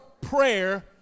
prayer